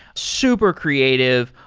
super creative.